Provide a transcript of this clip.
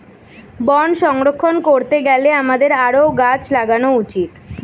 বন সংরক্ষণ করতে গেলে আমাদের আরও গাছ লাগানো উচিত